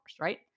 right